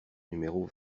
numéro